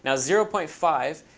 and zero point five,